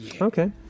Okay